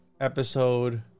episode